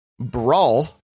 Brawl